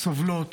סובלות